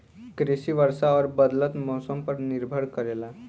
कृषि वर्षा और बदलत मौसम पर निर्भर करेला